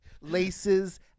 Laces